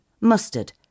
Mustard